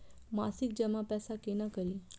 मासिक जमा पैसा केना करी?